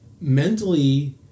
mentally